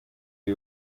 ibi